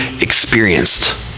experienced